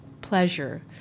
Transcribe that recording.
pleasure